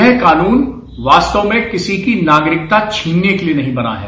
यह कानून वास्तव में किसी की नागरिकता छीनने के लिए नही बना है